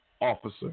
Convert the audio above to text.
officer